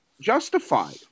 justified